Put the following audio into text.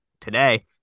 today